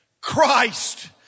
Christ